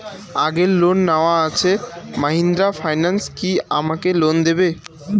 আগের লোন নেওয়া আছে মাহিন্দ্রা ফাইন্যান্স কি আমাকে লোন দেবে?